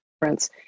difference